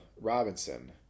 Robinson